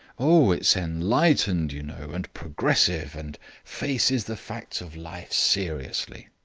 oh, it's enlightened, you know, and progressive and faces the facts of life seriously.